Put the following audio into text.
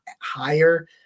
higher